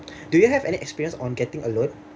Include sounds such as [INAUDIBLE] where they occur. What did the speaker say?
[BREATH] do you have any experience on getting a loan